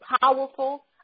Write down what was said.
powerful